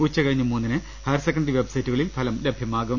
ഉച്ച കഴിഞ്ഞ് മൂന്നിന് ഹയർ സെക്കന്റി വെബ്സൈറ്റുകളിൽ ഫലം ലഭ്യ മാകും